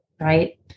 right